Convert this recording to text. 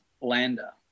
Landa